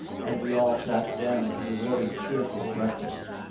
and we all sat down to a very cheerful breakfast.